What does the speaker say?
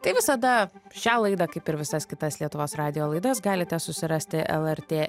tai visada šią laidą kaip ir visas kitas lietuvos radijo laidas galite susirasti lrt